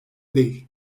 değil